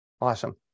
Awesome